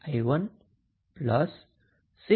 તો હવે પછી આપણે શું કરીશું